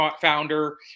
founder